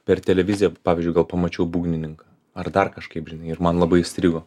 per televiziją pavyzdžiui gal pamačiau būgnininką ar dar kažkaip žinai ir man labai įstrigo